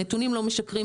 הנתונים לא משקרים,